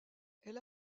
elle